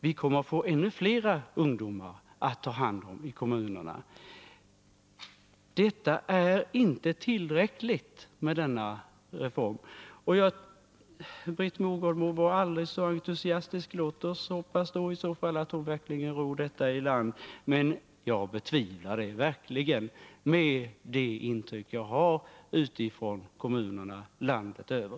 Vi kommer att få ännu flera ungdomar att ta hand om i kommunerna. Det är inte tillräckligt med denna reform — Britt Mogård må vara aldrig så entusiastisk. Låt oss hoppas att Britt Mogård ror detta i land. Men jag betvivlar det verkligen mot bakgrund av de intryck jag har från kommunerna landet över.